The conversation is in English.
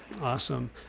Awesome